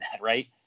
right